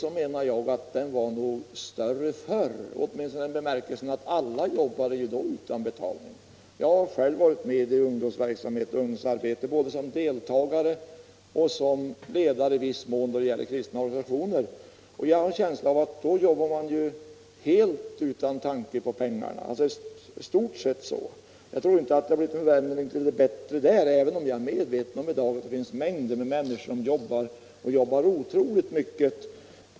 Jag menar att den nog var större förr, åtminstone i den bemärkelsen att alla jobbade inom idrotten utan betalning. Jag har själv varit med i ungdomsverksamhet både som deltagare och som ledare inom kristna organisationer. Jag har en övertygelse av att man jobbade i stort sett helt utan tanke på pengarna. Jag tror inte att det har blivit någon förbättring där, även om jag är medveten om att ett stort antal människor jobbar otroligt mycket för idrotten också nu.